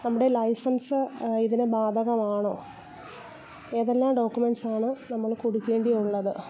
നമ്മുടെ ലൈസൻസ് ഇതിന് ബാധകമാണോ ഏതെല്ലാം ഡോക്യുമെൻറ്റ്സാണ് നമ്മള് കൊടുക്കേണ്ടിയുള്ളത്